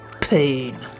pain